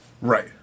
Right